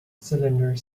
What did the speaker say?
cylinder